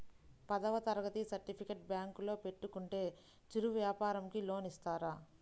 పదవ తరగతి సర్టిఫికేట్ బ్యాంకులో పెట్టుకుంటే చిరు వ్యాపారంకి లోన్ ఇస్తారా?